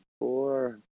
four